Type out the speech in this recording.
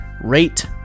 rate